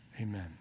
amen